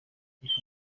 ifoto